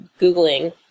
Googling